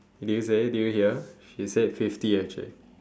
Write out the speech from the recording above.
did you say did you hear she said fifty actually